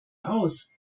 aus